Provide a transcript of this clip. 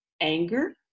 anger